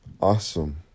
awesome